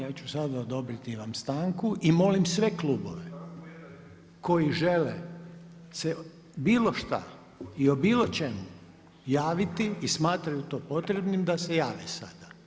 Ja ću sada odobriti vam stanku i molim sve klubove koji žele bilo šta i o bilo čemu javiti smatraju to potrebnim da se jave sada.